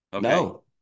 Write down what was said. No